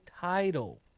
title